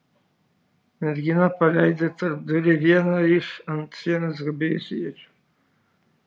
mergina paleido į tarpdurį vieną iš ant sienos kabėjusių iečių